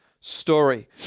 story